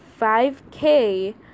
5k